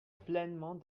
pleinement